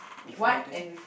before I die